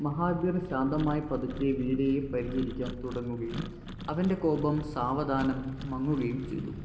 മഹാവീർ ശാന്തമായി പതുക്കെ വീരയെ പരിചരിക്കാൻ തുടങ്ങുകയും അവൻ്റെ കോപം സാവധാനം മങ്ങുകയും ചെയ്തു